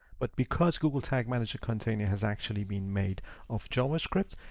but because google tag manager container has actually been made of javascript,